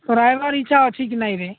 ତୋର ଆଇବାରେ ଇଚ୍ଛା ଅଛି କି ନାଇଁ ରେ